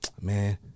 man